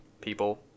people